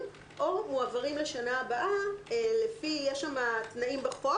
או מועברים לשנה הבאה לפי יש שם תנאים בחוק.